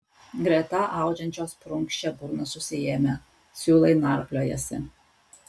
greta audžiančios prunkščia burnas užsiėmę siūlai narpliojasi